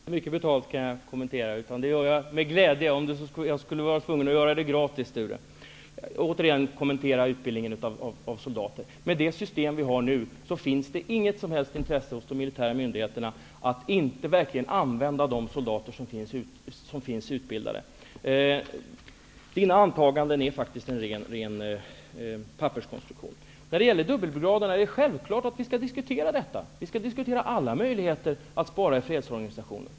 Herr talman! Jag har inte mycket betalt. Men jag skulle företräda departementet med glädje även om jag skulle vara tvungen att göra det gratis. Jag vill återigen kommentera frågan om utbildningen av soldaterna. Med det system som finns nu finns det inget som helst intresse hos de militära myndigheterna att använda de utbildade soldaterna. Sture Ericsons antaganden är en ren papperskonstruktion. Det är självklart att vi skall diskutera frågan om dubbelbrigaderna. Vi skall diskutera alla möjligheter att spara i fredsorganisationen.